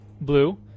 blue